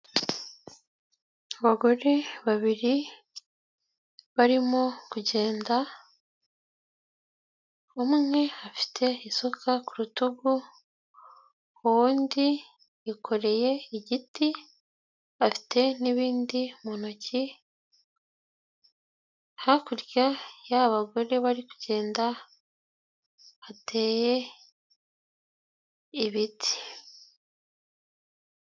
Abagore babiri barimo kugenda umwe afite isuka ku rutugu, uwundi yikoreye igiti afite n'ibindi mu ntoki, hakurya yaba bagore bari kugenda hateye ibiti.